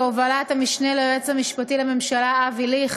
בהובלת המשנה ליועץ המשפטי לממשלה אבי ליכט,